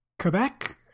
Quebec